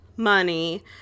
money